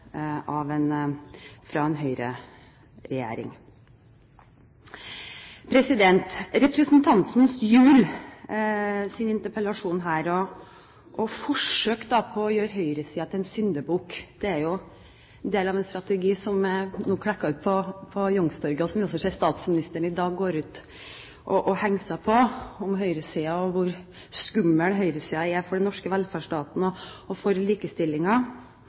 av en Høyre-regjering. Representanten Gjuls interpellasjon og forsøk på å gjøre høyresiden til syndebukk er del av en strategi som er klekket ut på Youngstorget, og som jeg også ser statsministeren i dag går ut og henger seg på: om høyresiden og hvor skummel høyresiden er for den norske velferdsstaten og for